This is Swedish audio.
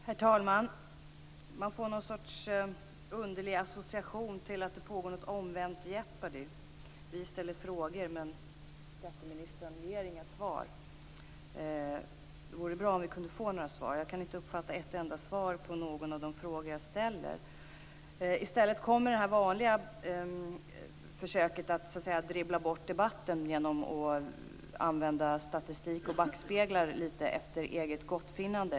Herr talman! Man får någon sorts underlig association till att det pågår ett omvänt Jeopardy. Vi ställer frågor, men skatteministern ger inga svar. Det vore bra om vi kunde få några svar. Jag kunde inte uppfatta ett enda svar på någon av de frågor jag ställt. I stället kommer det vanliga försöket att dribbla bort debatten genom att använda statistik och backspeglar litet efter eget gottfinnande.